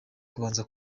kubanza